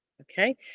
Okay